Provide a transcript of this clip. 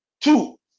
Two